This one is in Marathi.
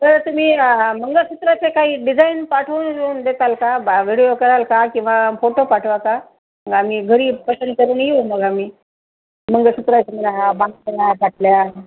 तर तुम्ही मंगळसूत्राचे काही डिझाईन पाठवून ऊन देताल का बा विडिओ कराल का किंवा फोटो पाठवा का मग मी घरी पसंत करून येऊ मग आम्ही मंगळसूत्राच्या म बांगड्या पाटल्या